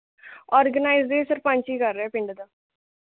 organise ਦੀ ਸਰਪੰਚ ਹੀ ਕਰ ਰਿਹਾ ਪਿੰਡ ਦਾ